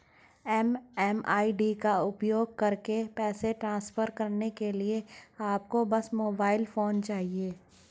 MMID का उपयोग करके पैसे ट्रांसफर करने के लिए आपको बस मोबाइल फोन चाहिए